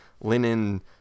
linen